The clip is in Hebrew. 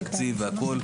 התקציב והכול,